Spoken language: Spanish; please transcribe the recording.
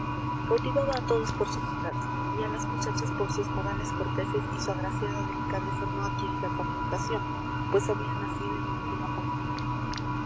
a todos por su bondad y a las muchachas por sus modales corteses y su agraciada delicadeza no adquirida con la educación pues había nacido en cuna muy humilde